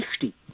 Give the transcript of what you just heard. safety